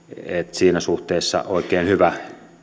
siinä suhteessa oikein hyvä